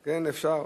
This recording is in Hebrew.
כן, אפשר.